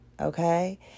okay